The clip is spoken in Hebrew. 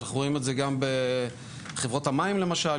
אנחנו רואים את זה גם בחברות המים למשל.